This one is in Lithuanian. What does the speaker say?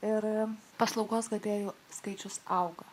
ir paslaugos gavėjų skaičius auga